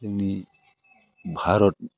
जोंनि भारत